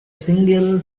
single